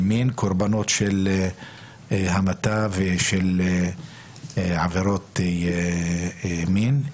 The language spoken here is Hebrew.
קורבנות של המתה ושל עבירות מין.